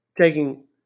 taking